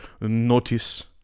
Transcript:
notice